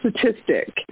statistic